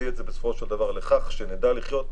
את זה בסופו של דבר לכך שנדע לחיות לצידה.